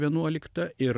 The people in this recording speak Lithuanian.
vienuoliktą ir